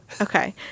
Okay